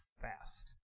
fast